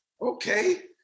Okay